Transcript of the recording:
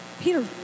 Peter